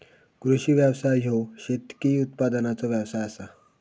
कृषी व्यवसाय ह्यो शेतकी उत्पादनाचो व्यवसाय आसा